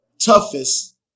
toughest